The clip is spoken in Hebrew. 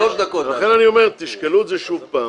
לכן אני אומר, תשקלו את זה שוב פעם.